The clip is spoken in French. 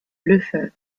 lefebvre